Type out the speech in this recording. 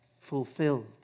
fulfilled